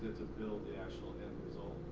to build the actual end result,